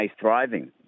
thriving